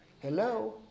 Hello